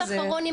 רק משפט אחרון,